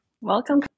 Welcome